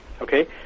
Okay